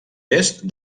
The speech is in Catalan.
est